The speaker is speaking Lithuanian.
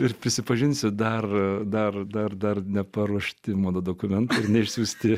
ir prisipažinsiu dar dar dar dar neparuošti mano dokumentai ir neišsiųsti